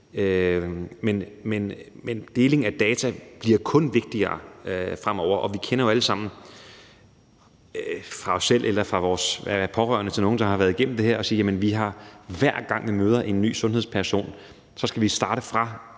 Men deling af data bliver kun vigtigere fremover, og vi kender det jo alle sammen fra os selv eller har hørt pårørende til nogen, der har været igennem det her, sige: Hver gang vi møder en ny sundhedsperson, skal vi starte fra